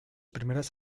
primeras